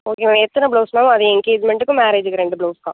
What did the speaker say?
okay ma'am எத்தனை blouse ma'am அது எங்கேஜ்மென்ட்டுக்கு மேரேஜிக்கு ரெண்டு ப்ளவுஸுக்கா